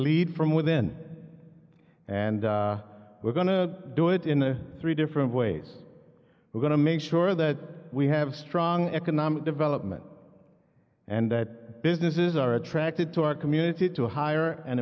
lead from within and we're going to do it in the three different ways we're going to make sure that we have strong economic development and that businesses are attracted to our community to hire an